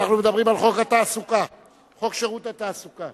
אנחנו מדברים על חוק שירות התעסוקה